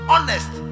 Honest